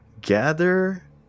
gather